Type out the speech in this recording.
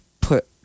put